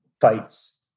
fights